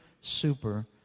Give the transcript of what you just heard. super